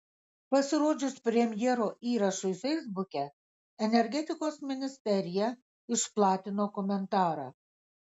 pasirodžius premjero įrašui feisbuke energetikos ministerija išplatino komentarą